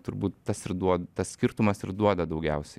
turbūt tas ir duo tas skirtumas ir duoda daugiausiai